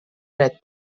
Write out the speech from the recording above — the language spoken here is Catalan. dret